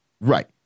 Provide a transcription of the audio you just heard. Right